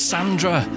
Sandra